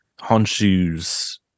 Honshu's